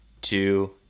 two